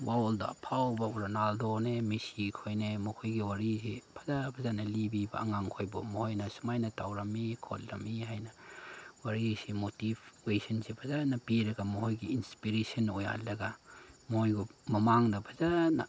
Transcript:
world ꯑꯐꯥꯎꯕ ꯔꯣꯅꯥꯜꯗꯣꯅꯦ ꯃꯦꯁꯤꯈꯣꯏꯅꯦ ꯃꯈꯣꯏꯒꯤ ꯋꯥꯔꯤꯁꯦ ꯐꯖ ꯐꯖꯅ ꯂꯤꯕꯤꯕ ꯑꯉꯥꯡꯈꯣꯏꯕꯨ ꯃꯣꯏꯅ ꯁꯨꯃꯥꯏꯅ ꯇꯧꯔꯝꯃꯤ ꯈꯣꯠꯂꯝꯃꯤ ꯍꯥꯏꯅ ꯋꯥꯔꯤꯁꯦ ꯃꯣꯇꯤꯐ ꯀꯣꯏꯁꯟꯁꯦ ꯐꯖꯅ ꯄꯤꯔꯒ ꯃꯈꯣꯏꯒꯤ ꯏꯟꯁꯄꯤꯔꯦꯁꯟ ꯑꯣꯏꯍꯜꯂꯒ ꯃꯣꯏꯕꯨ ꯃꯃꯥꯡꯗ ꯐꯖꯅ